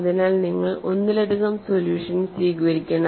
അതിനാൽ നിങ്ങൾ ഒന്നിലധികം സൊല്യൂഷൻ സ്വീകരിക്കണം